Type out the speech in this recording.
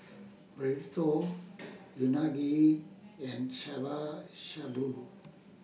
Burrito Unagi and Shabu Shabu